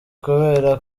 kubera